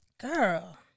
girl